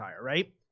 right